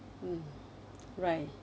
mm right